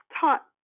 taught